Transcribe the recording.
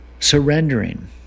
surrendering